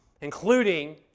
including